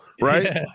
Right